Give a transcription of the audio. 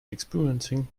experiencing